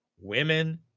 women